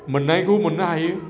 मोननायखौ मोननो हायो